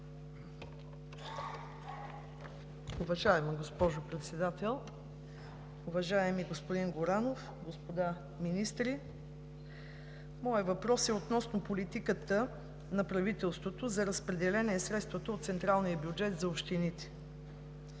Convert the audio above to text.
Уважаема госпожо Председател, уважаеми господин Горанов, уважаеми господа министри! Моят въпрос е относно политиката на правителството за разпределение средствата от централния бюджет за общините.